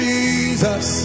Jesus